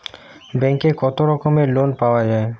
ব্যাঙ্কে কত রকমের লোন পাওয়া য়ায়?